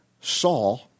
Saul